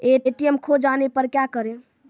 ATM खोजे जाने पर क्या करें?